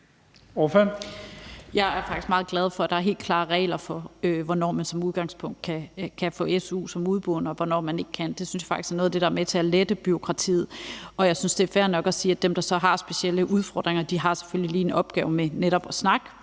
Jeg er faktisk meget glad for, at der er helt klare regler for, hvornår man som udgangspunkt kan få su som udeboende, og hvornår man ikke kan. Det synes jeg faktisk er noget af det, der er med til at lette bureaukratiet. Jeg synes, at det er fair nok at sige, at dem, der så har specielle udfordringer, selvfølgelig lige har en opgave med at snakke